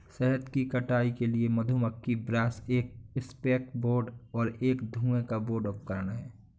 शहद की कटाई के लिए मधुमक्खी ब्रश एक एस्केप बोर्ड और एक धुएं का बोर्ड उपकरण हैं